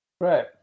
Right